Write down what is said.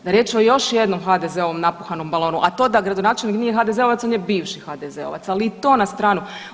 Da je riječ o još jednom HDZ-ovom napuhanom balonu, a to da gradonačelnik nije HDZ-ovac, on je bivši HDZ-ovac, ali i to na stranu.